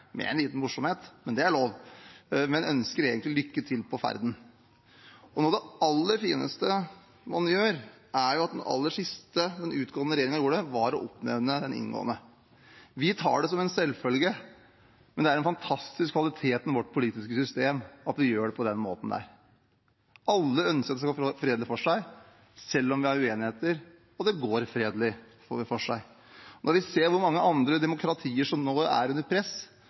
med en liten morsomhet – men det er lov – og ønsket egentlig lykke til på ferden. Noe av det aller fineste er at det aller siste den utgående regjeringen gjør, er å oppnevne den inngående. Vi tar det som en selvfølge, men det er en fantastisk kvalitet med vårt politiske system at vi gjør det på den måten. Alle ønsker at det skal gå fredelig for seg selv om vi har uenigheter. Og det går fredelig for seg. Når vi ser hvor mange andre demokratier som nå er under press,